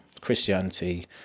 Christianity